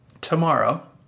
tomorrow